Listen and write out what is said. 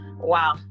Wow